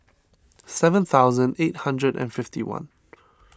seven thousand eight hundred and fifty one